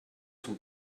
son